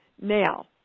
now